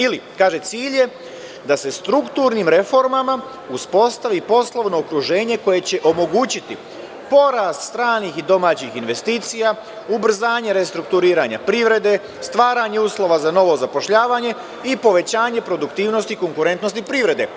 Ili, kaže - cilj je da se strukturnim reformama uspostavi poslovno okruženje koje će omogućiti porast stranih i domaćih investicija, ubrzanje restrukturiranja privrede, stvaranje uslova za novo zapošljavanje i povećanje produktivnosti i konkurentnosti privrede.